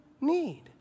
need